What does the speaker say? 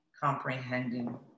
comprehending